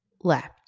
left